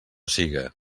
siga